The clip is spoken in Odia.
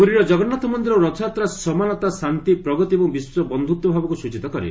ପୁରୀର ଜଗନ୍ନାଥ ମନ୍ଦିର ଓ ରଥଯାତ୍ରା ସମାନତା ଶାନ୍ତି ପ୍ରଗତି ଏବଂ ବିଶ୍ୱ ବନ୍ଧୁତ୍ୱଭାବକୁ ସୂଚୀତ କରେ